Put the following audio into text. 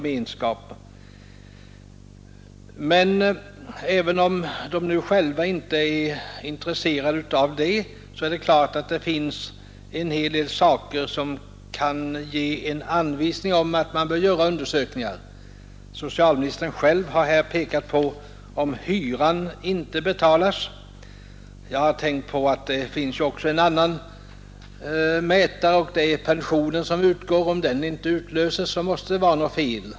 Men även om de själva inte är intresserade av mänsklig gemenskap finns det naturligtvis en hel del tecken som kan ge en anvisning om att man bör göra undersökningar. Socialministern har själv här pekat på att hyran inte betalts. Jag har tänkt på att det också finns en annan mätare, och det är pensionen. Om den inte utlösts måste det vara något fel.